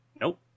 nope